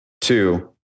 Two